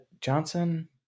Johnson